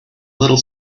little